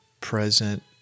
present